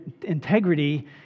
integrity